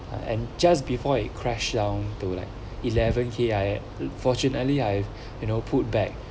and just before it crashed down to like eleven K I unfortunately I you know put back